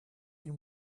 been